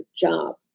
job